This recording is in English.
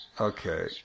Okay